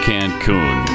Cancun